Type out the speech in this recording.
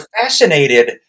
fascinated